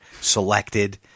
selected